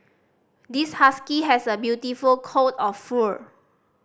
this husky has a beautiful coat of fur